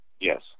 Yes